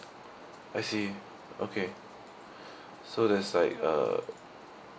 I see okay so that's like a